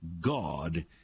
God